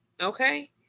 okay